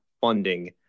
funding